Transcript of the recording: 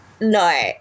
No